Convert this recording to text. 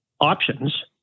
options